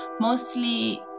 mostly